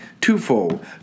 twofold